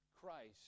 Christ